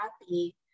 happy